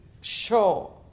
show